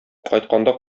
кайтканда